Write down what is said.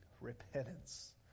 repentance